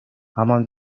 همان